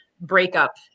breakup